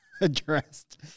addressed